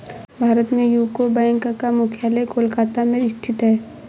भारत में UCO bank का मुख्यालय कोलकाता में स्थित है